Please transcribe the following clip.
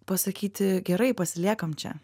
pasakyti gerai pasiliekam čia